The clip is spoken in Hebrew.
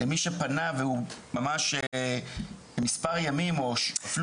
למי שפנה והוא ממש מספר ימים אפילו